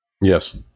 Yes